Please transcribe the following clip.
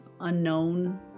unknown